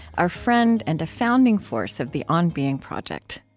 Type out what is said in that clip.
our friend and a founding force of the on being project